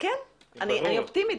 אני אופטימית.